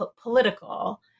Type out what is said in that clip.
political